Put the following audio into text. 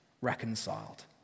reconciled